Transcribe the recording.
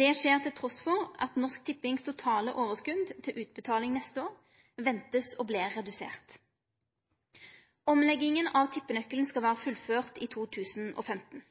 Det skjer trass i at Norsk Tippings totale overskot til utbetaling neste år er venta å verte redusert. Omlegginga av tippenøkkelen skal vere fullførd i 2015.